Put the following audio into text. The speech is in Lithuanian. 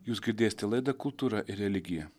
jūs girdėsite laidą kultūra ir religija